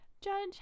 judge